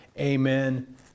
Amen